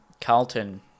Carlton